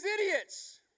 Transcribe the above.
idiots